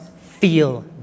feel